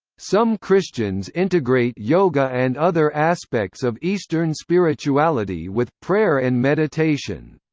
some christians integrate yoga and other aspects of eastern spirituality with prayer and meditation.